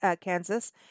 Kansas